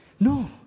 No